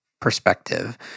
perspective